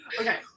Okay